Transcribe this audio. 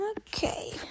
okay